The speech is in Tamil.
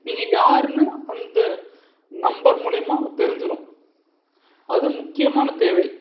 நீங்கள் யாருனு அந்த நம்பர் மூலிமா தெரிஞ்சிடும் அது முக்கியமான தேவை